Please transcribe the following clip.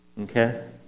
Okay